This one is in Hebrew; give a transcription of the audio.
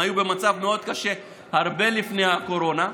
הם היו במצב מאוד קשה הרבה לפני הקורונה.